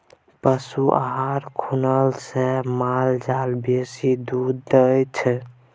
पशु आहार खुएने से माल जाल बेसी दूध दै छै